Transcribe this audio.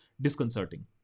disconcerting